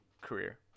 career